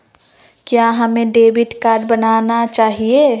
क्या हमें debit card बनाना चाहिए?